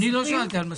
מה זה ה-79% הזה?